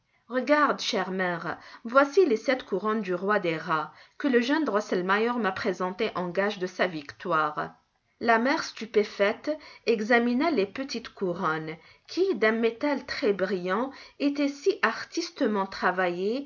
regarde chère mère voici les sept couronnes du roi des rats que le jeune drosselmeier m'a présentées en gage de sa victoire la mère stupéfaite examina les petites couronnes qui d'un métal très brillant étaient si artistement travaillées